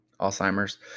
Alzheimer's